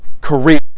career